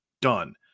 Done